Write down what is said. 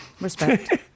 respect